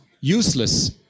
useless